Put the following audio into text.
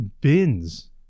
bins